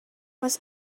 was